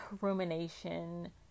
rumination